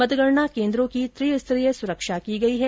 मतगणना केन्द्रों की त्रिस्तरीय सुरक्षा की गई है